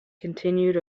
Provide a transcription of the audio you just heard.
continued